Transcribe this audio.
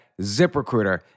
ZipRecruiter